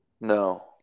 No